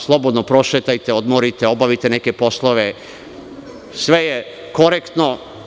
Slobodno prošetajte, odmorite, obavite neke poslove, sve je korektno.